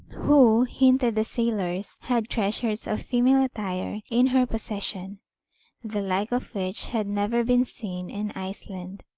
who, hinted the sailors, had treasures of female attire in her possession the like of which had never been seen in iceland.